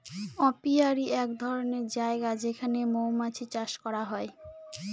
apiary এক ধরনের জায়গা যেখানে মৌমাছি চাষ করা হয়